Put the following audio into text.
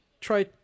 Try